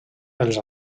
els